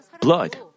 blood